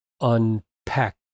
unpack